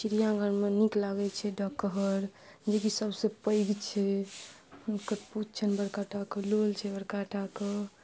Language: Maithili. चिड़िआघरमे नीक लागै छै डकहर जेकि सबसे पैघ छै हुनकर पूछ छै बड़का टाके लोल छै बड़का टाके